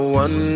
one